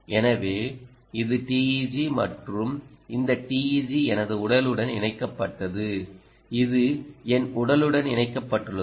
எனவே இது TEG மற்றும் இந்த TEG எனது உடலுடன் இணைக்கப்பட்டது இது என் உடலுடன் இணைக்கப்பட்டுள்ளது